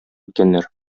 иткәннәр